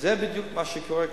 וזה בדיוק מה שקורה כאן.